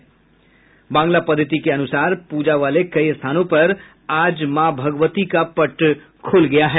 इधर बांगला पद्धति के अनुसार पूजा वाले कई स्थानों पर आज मां भगवती का पट खुल गया है